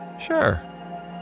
Sure